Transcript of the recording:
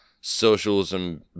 socialism